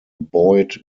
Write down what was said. boyd